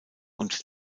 und